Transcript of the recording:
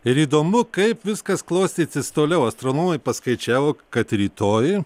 ir įdomu kaip viskas klostytis toliau astronomai paskaičiavo kad rytoj